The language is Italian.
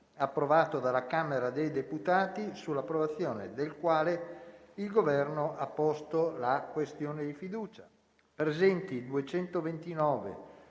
approvato dalla Camera dei deputati, sull'approvazione del quale il Governo ha posto la questione di fiducia.